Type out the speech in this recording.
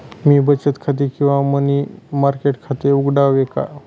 मी बचत खाते किंवा मनी मार्केट खाते उघडावे का?